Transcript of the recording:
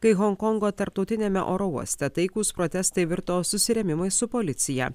kai honkongo tarptautiniame oro uoste taikūs protestai virto susirėmimais su policija